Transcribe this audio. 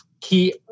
key